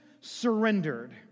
surrendered